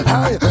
Hey